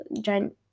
giant